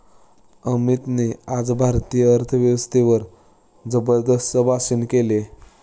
अमितने आज भारतीय अर्थव्यवस्थेवर जबरदस्त भाषण केले